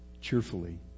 cheerfully